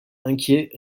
inquiets